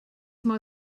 mal